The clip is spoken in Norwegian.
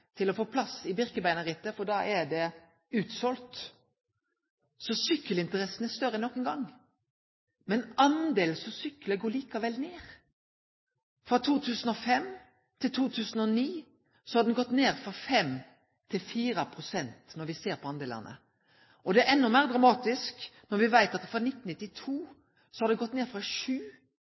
til å få plass i Birkebeinerrittet, for da er det fullteikna. Sykkelinteressa er større enn nokon gang, men talet på dei som syklar, går likevel ned. Frå 2005 til 2009 gjekk det ned frå 5 pst. til 4 pst. Og det er enda meir dramatisk når vi veit at det frå 1992 gjekk ned frå